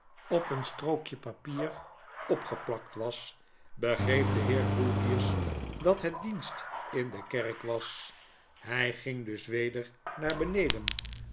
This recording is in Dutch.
op een strookje papier opgeplakt was begreep de heer grewgious dat het dienst in de kerk was hi ging dus weder naar beneden